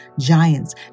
giants